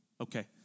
Okay